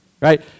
right